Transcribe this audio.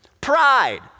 Pride